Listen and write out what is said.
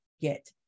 get